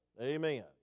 Amen